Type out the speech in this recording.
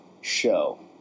show